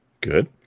good